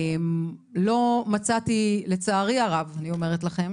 לא מצאתי לצערי הרב, אני אומרת לכם